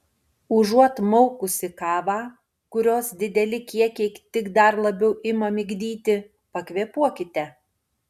užuot maukusi kavą kurios dideli kiekiai tik dar labiau ima migdyti pakvėpuokite